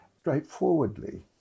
Straightforwardly